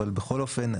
אבל בכל אופן,